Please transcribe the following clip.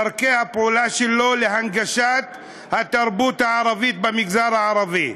דרכי הפעולה שלו להנגשת התרבות הערבית במגזר הערבי,